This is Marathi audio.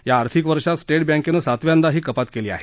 या आर्थिक वर्षात स्टेट बैंकेनं सातव्यांदा ही कपात केली आहे